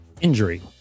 Injury